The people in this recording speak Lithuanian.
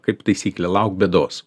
kaip taisyklė lauk bėdos